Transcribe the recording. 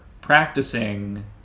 practicing